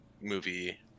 movie